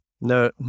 no